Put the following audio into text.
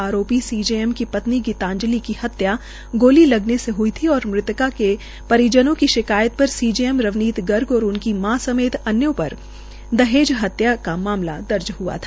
आरोपी सीजेएम की पत्नी की हत्या गोली लगने से हई थी और मृतका का परिजनों की शिकायत पर सीजेएम रवनीत गर्ग और उनकी मां समेत अन्य पर दहेज हत्या का मामला दर्ज हुआ था